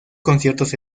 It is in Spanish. conciertos